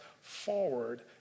forward